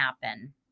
happen